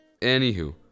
anywho